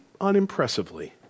unimpressively